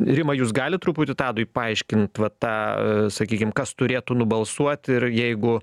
rima jus galit truputį tadui paaiškint vat tą sakykim kas turėtų nubalsuot ir jeigu